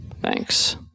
Thanks